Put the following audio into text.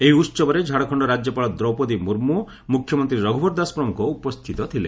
ଏହି ଉହବରେ ଝାଡ଼ଖଣ୍ଡ ରାଜ୍ୟପାଳ ଦ୍ରୌପଦୀ ମୁର୍ମୁ ମୁଖ୍ୟମନ୍ତ୍ରୀ ରଘୁବର ଦାସ ପ୍ରମୁଖ ଉପସ୍ଥିତ ଥିଲେ